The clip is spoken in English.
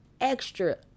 extra